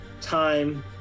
time